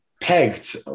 pegged